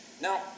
Now